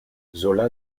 zola